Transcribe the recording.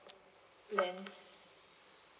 plans